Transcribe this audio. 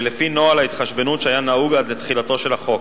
ולפי נוהל ההתחשבנות שהיה נהוג עד לתחילתו של החוק.